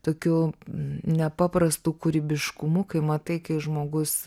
tokiu nepaprastu kūrybiškumu kai matai kai žmogus